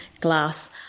glass